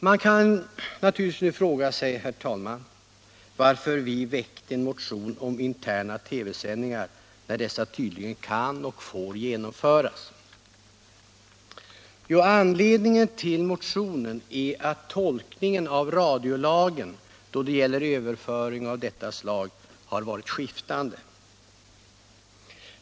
Man kan naturligtvis nu fråga sig, herr talman, varför vi väckt en motion om interna TV-sändningar när dessa tydligen kan och får genomföras. Ja, anledningen till motionen är att tolkningen av radiolagen då det gäller överföring av detta slag har varit skiftande.